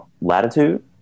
latitude